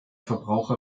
verbraucher